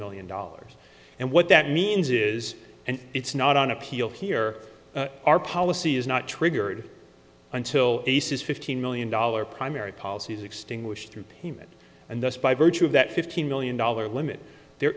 million dollars and what that means is and it's not on appeal here our policy is not triggered until he says fifteen million dollar primary policies extinguished your payment and that's by virtue of that fifteen million dollars limit there